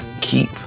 keep